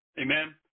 Amen